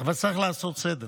אבל צריך לעשות סדר.